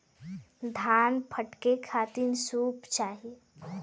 धान फटके खातिर सूप चाही